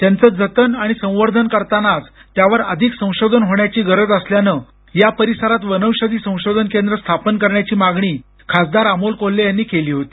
त्यांच जतन आणि संवर्धन करतानाच त्यावर अधिक संशोधन होण्याची गरज असल्यानं या परिसरात वनौषधी संशोधन केंद्र स्थापन करण्याची मागणी खासदार अमोल कोल्हे यांनी केली होती